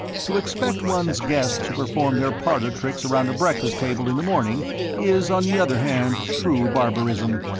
to expect one's guests to perform their parlour tricks around a breakfast table in the morning is, on the other hand, true barbarism.